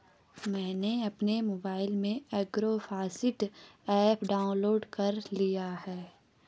मैंने अपने मोबाइल में एग्रोफॉसट्री ऐप डाउनलोड कर लिया है